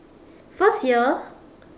first year